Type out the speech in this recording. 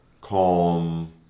calm